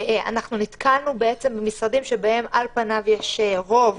אנחנו נתקלנו במשרדים, שבהם על פניו יש רוב